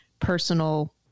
personal